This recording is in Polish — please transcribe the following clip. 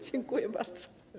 Dziękuję bardzo.